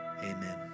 Amen